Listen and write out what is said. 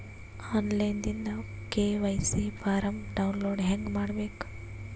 On line ದಿಂದ KYC form download ಹೇಂಗ ಮಾಡಬೇಕು?